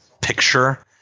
picture